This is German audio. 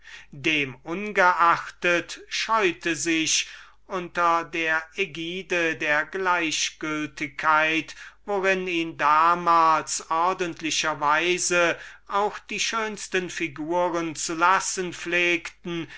ungeachtet scheute sich unter der ägide der gleichgültigkeit worin ihn damals ordentlicher weise auch die schönsten figuren zulassen